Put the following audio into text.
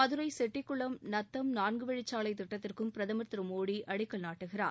மதுரை செட்டிக்குளம் நத்தம் நான்குவழிக்சாலை திட்டத்திற்கும் பிரதமர் திரு மோடி அடிக்கல் நாட்டுகிறார்